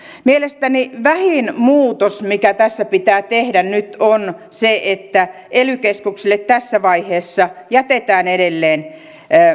mielestäni vähin muutos mikä tässä pitää tehdä nyt on se että ely keskuksille tässä vaiheessa jätetään edelleen